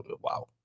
Wow